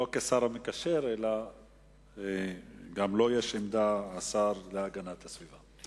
לא כשר המקשר, גם לו יש עמדה, לשר להגנת הסביבה.